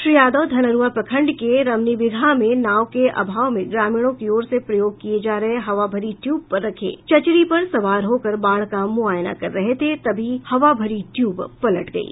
श्री यादव धनरूआ प्रखंड के रमनीबिगहा में नाव के अभाव में ग्रामीणों की ओर से प्रयोग किये जा रहे हवा भरी ट्यूब पर रखे चचरी पर सवार होकर बाढ़ का मुआयना कर रहे थे तभी हवा भरी ट्यूब पलट गयी